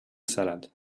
salad